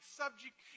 subject